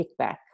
kickback